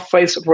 Face